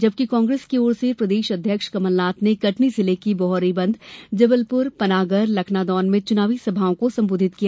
जबकि कांग्रेस की ओर से प्रदेश अध्यक्ष कमलनाथ ने कटनी जिले की बहोरीबंद जबलपुर पनागर लखनादौन में चुनावी सभाओं को संबोधित किया